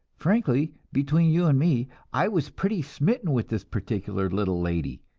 frankly, between you and me, i was pretty smitten with this particular little lady.